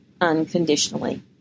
unconditionally